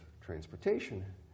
Transportation